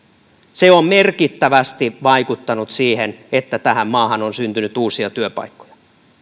se on merkittävästi vaikuttanut siihen että tähän maahan on syntynyt uusia työpaikkoja